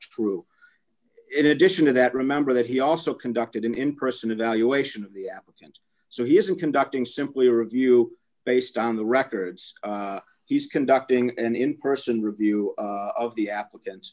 true in addition to that remember that he also conducted an in person evaluation of the applicants so he isn't conducting simply a review based on the records he's conducting and in person review of the